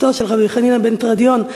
בתו של רבי חנינא בן תרדיון,